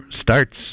starts